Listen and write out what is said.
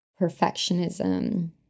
perfectionism